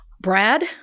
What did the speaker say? Brad